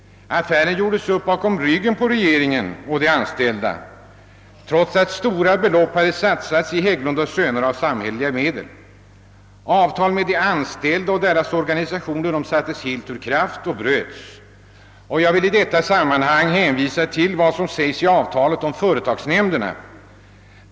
Den gjordes upp bakom ryggen på regeringen och de anställda, trots att stora belopp av samhälleliga medel hade satsats i Hägglund & Söner. Avtal med de anställda och deras organisationer sattes också helt ur kraft och bröts. Jag vill i sammanhanget hänvisa till vad som stadgas i avtalet om företagsnämnderna.